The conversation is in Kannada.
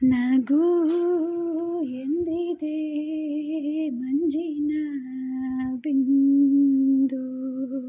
ನಗೂ ಎಂದಿದೇ ಮಂಜಿನಾ ಬಿಂದು